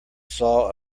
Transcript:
saw